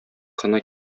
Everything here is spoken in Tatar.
кына